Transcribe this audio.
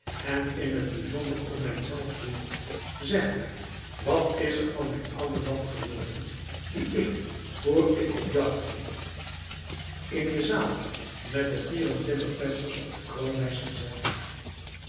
en in t bijzonder om mijns zelfs wil zeg mij wat is er van mijn oude lamp geworden die ik voor ik op jacht ging in de zaal met de vier en twintig vensters op de kroonlijst gezet heb